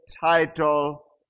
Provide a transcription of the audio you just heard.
title